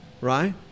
right